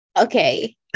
Okay